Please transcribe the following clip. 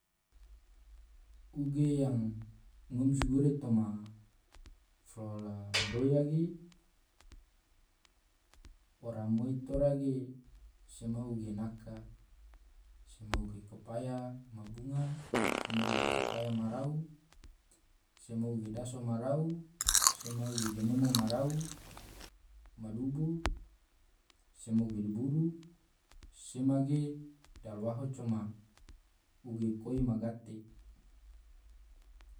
uge yang ngom sogure toma fola mdoya ge ora moii tora ge sema uge naka, sema uge kopaya ma bunga, sema uge kopaya ma rau, sema uge daso marau, sema uge ganemo ma rau madubo, sema uge diburu, sema ge dalawaho coma uge koi ma gate.